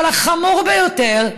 אבל החמור ביותר,